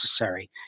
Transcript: necessary